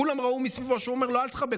כולם ראו מסביבו שהוא אומר לו "אל תחבק